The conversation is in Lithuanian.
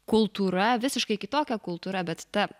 kultūra visiškai kitokia kultūra bet ta